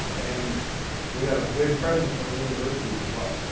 and we had a big presence from universities as well.